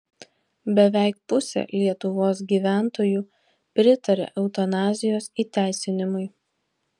beveik pusė lietuvos gyventojų pritaria eutanazijos įteisinimui